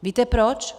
Víte proč?